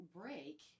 break